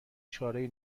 چارهای